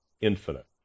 infinite